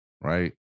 right